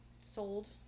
sold